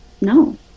no